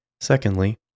Secondly